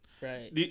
right